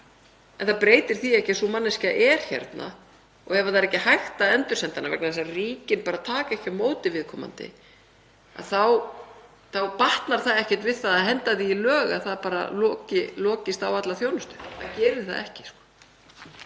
En það breytir því ekki að sú manneskja er hérna og ef það er ekki hægt að endursenda hana vegna þess að ríki taka ekki á móti viðkomandi þá batnar það ekkert við að setja í lög að það lokist á alla þjónustu. SPEECH_END ---